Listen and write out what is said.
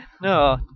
No